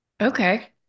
Okay